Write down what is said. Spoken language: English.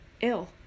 ill